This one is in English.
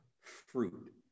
fruit